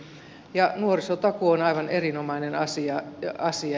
ja nuorisotakuu on aivan erinomainen asia